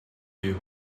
you